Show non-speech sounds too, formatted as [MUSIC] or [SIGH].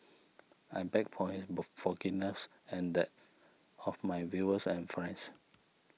I beg for his [UNINTELLIGIBLE] forgiveness and that of my viewers and friends